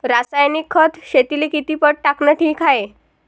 रासायनिक खत शेतीले किती पट टाकनं ठीक हाये?